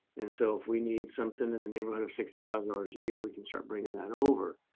and so if we need something in the neighborhood of sixty thousand dollars a year we can start bringing that over.